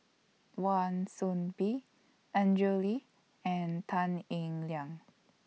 Wan Soon Bee Andrew Lee and Tan Eng Liang